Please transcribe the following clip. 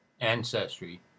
ancestry